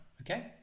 okay